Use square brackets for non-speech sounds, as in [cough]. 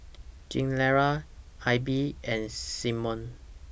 [noise] Gilera AIBI and Simmons